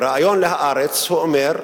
בריאיון ל"הארץ" אומר: